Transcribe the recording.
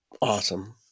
Awesome